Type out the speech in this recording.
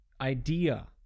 idea